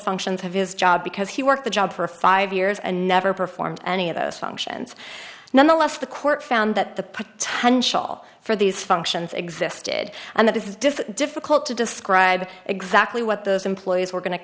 functions of his job because he worked the job for five years and never performed any of those functions nonetheless the court found that the potential for these functions existed and that is does difficult to describe exactly what those employees were going to